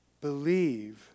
believe